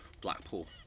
Blackpool